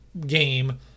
game